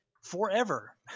forever